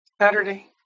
Saturday